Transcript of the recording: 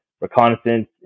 reconnaissance